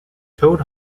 toad